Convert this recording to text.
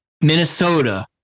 Minnesota